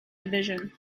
division